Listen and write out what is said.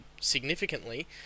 significantly